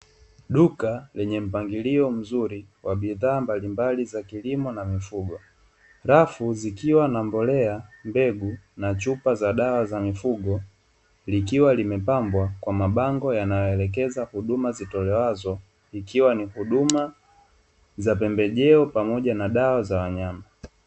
Duka lenye mpangilio mzuri wa bidhaa mbalimbali za kilimo na mifugo, rafu zikiwa na mbolea, mbegu na chupa za dawa za mifugo likiwa limepambwa kwa mabango yanayoelekeza huduma zitolewazo ikiwa ni huduma za pembejeo pamoja na dawa za wanyama.